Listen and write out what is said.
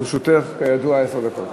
לרשותך עשר דקות.